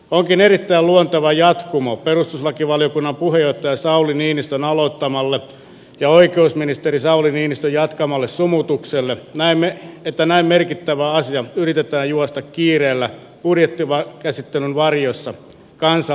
onkin erittäin luonteva jatkumo perustuslakivaliokunnan puheenjohtaja sauli niinistön aloittamalle ja oikeusministeri sauli niinistön jatkamalle sumutukselle että näin merkittävä asia yritetään juosta kiireellä budjettikäsittelyn varjossa kansalta piilossa